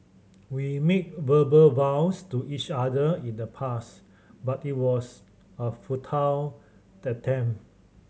we made verbal vows to each other in the past but it was a futile attempt